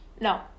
No